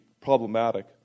problematic